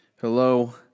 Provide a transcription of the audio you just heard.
Hello